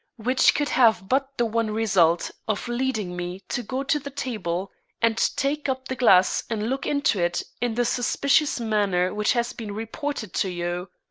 which could have but the one result of leading me to go to the table and take up the glass and look into it in the suspicious manner which has been reported to you.